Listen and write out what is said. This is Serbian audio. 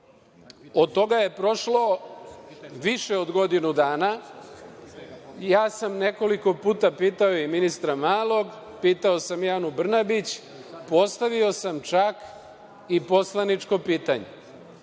toga je prošlo više od godinu dana. Ja sam nekoliko puta pitao i ministra Malog, pitao sam i Anu Brnabić, postavio sam čak i poslaničko pitanje